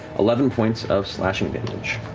eleven points of slashing damage.